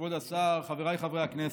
כבוד השר, חבריי חברי הכנסת,